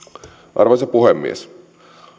arvoisa puhemies